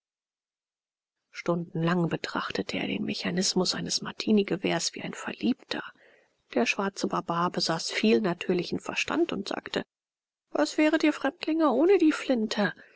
stundenlang betrachtete er den mechanismus eines martinigewehrs wie ein verliebter der schwarze barbar besaß viel natürlichen verstand und sagte was wäret ihr fremdlinge ohne die flinte